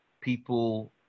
people